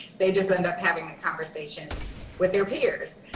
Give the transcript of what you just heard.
they just end up having the conversations with their peers.